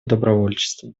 добровольчества